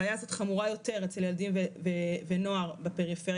הבעיה הזאת חמורה יותר אצל ילדים ונוער בפריפריה